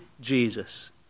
Jesus